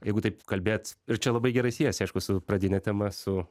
jeigu taip kalbėt ir čia labai gerai siejasi aišku su pradine tema su